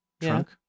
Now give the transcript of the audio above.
trunk